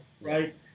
right